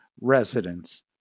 residents